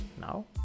Now